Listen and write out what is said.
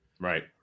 Right